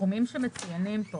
הסכומים שמצוינים פה